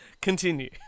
Continue